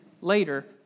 later